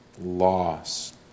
loss